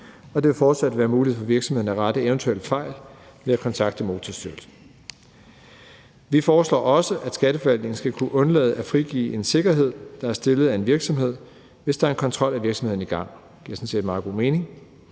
og det vil fortsat være muligt for virksomheden at rette eventuelle fejl ved at kontakte Motorstyrelsen. Vi foreslår også, at Skatteforvaltningen skal kunne undlade at frigive en sikkerhed, der er stillet af en virksomhed, hvis der er en kontrol af virksomheden i gang. Det giver sådan set meget god mening.